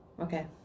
Okay